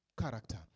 character